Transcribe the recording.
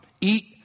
eat